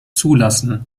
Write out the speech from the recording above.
zulassen